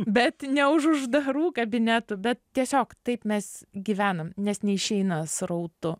bet ne už uždarų kabinetų bet tiesiog taip mes gyvenam nes neišeina srautu